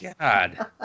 God